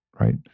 right